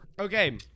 okay